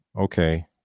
okay